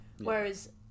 Whereas